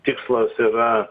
tikslas yra